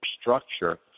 structure